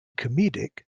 comedic